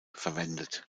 verwendet